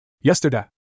Yesterday